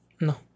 no